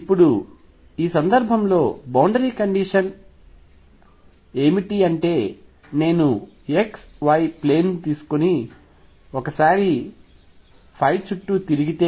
ఇప్పుడు ఈ సందర్భంలో బౌండరీ కండిషన్ ఏమిటి అంటే నేను x y ప్లేన్ తీసుకొని ఒకసారి చుట్టూ తిరిగితే